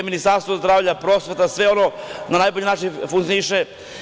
Ministarstvo zdravlja, prosvete, sve na najbolji način funkcioniše.